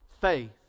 faith